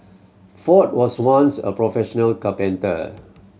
ford was once a professional carpenter